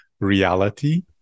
reality